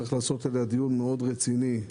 צריך לקיים על זה דיון רציני מאוד.